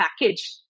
package